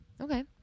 Okay